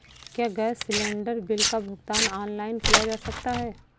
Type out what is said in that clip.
क्या gas cylinder bill का भुगतान ऑनलाइन किया जा सकता है?